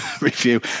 review